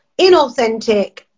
inauthentic